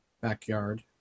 backyard